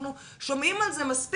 אנחנו שומעים על זה מספיק.